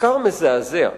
מחקר מזעזע,